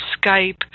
Skype